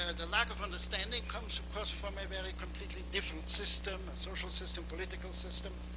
ah the lack of understanding comes, of course, from a very completely different system, social system, political system.